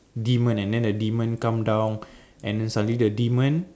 demon and then the demon come down and then suddenly the demon